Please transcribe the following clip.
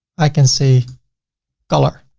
i can say color.